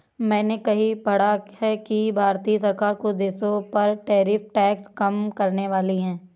मैंने कहीं पढ़ा है कि भारतीय सरकार कुछ देशों पर टैरिफ टैक्स कम करनेवाली है